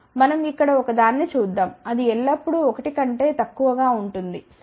మనం ఇక్కడ ఒక దాన్ని ఇద్దాం అది ఎల్లప్పుడూ 1 కంటే తక్కువగా ఉంటుంది సరే